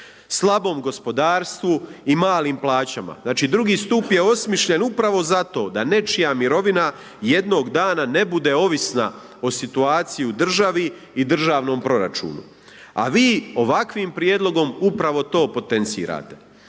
slabom gospodarstvu i malim plaćama. Znači II. stup je osmišljen upravo za to, da nečija mirovina jednog dana ne bude ovisna o situaciji u državi i državnom proračunu. A vi ovakvim prijedlogom upravo to potencirate